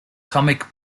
comic